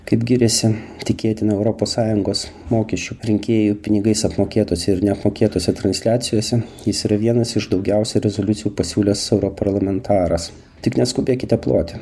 kaip giriasi tikėtina europos sąjungos mokesčių rinkėjų pinigais apmokėtose ir neapmokėtose transliacijose jis yra vienas iš daugiausiai rezoliucijų pasiūlęs europarlamentaras tik neskubėkite ploti